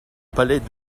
palais